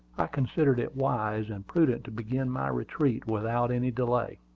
i considered it wise and prudent to begin my retreat without any delay.